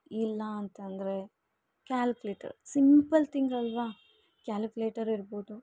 ಇಲ್ಲ ಅಂತಂದರೆ calculator simple ತಿಂಗಲ್ವ ಕ್ಯಾಲ್ಕುಲೇಟರ್ ಇರ್ಬೊದು